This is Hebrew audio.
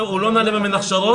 הוא לא נועד רק להכשרות,